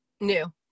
New